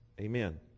Amen